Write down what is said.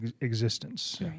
existence